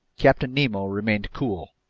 captain nemo remained cool.